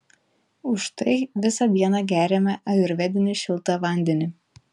už tai visą dieną geriame ajurvedinį šiltą vandenį